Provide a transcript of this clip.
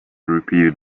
repeated